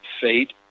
fate